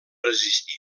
resistir